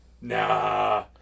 Nah